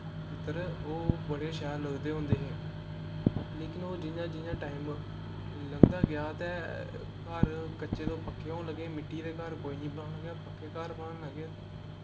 चित्तर ओह बड़े शैल लगदे होंदे हे लेकिन ओह् जियां जियां टाइम लंघदा गेआ ते घर कच्चे तू पक्के होन लगे मिट्टी दे घर कोई नेईं बनान लग्गेआ पक्के घर बनान लगे ते